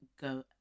go